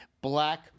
black